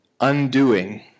undoing